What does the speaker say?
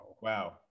Wow